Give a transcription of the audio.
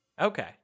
Okay